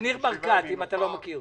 זה ניר ברקת, אם אתה לא מכיר.